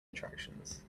attractions